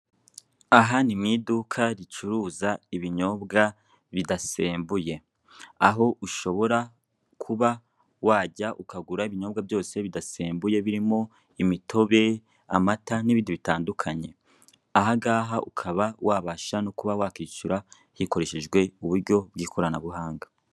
Aha ni mu iduka ricuruza ibinyobwa bidasembuye aho ushobora kuba wajya ukagura ibinyobwa byose bidasembuye birimo imitobe, amata n'ibindi bbitandukanye, aha ngaha ushobora kuba wahajya ukishyura ukoresheje uburyo bw'ikoranabuhanga.